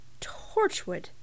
Torchwood